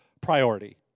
priority